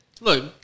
look